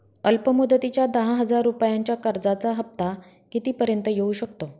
अल्प मुदतीच्या दहा हजार रुपयांच्या कर्जाचा हफ्ता किती पर्यंत येवू शकतो?